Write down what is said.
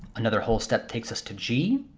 another whole step takes us to g.